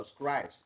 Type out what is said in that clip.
Christ